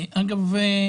אגב,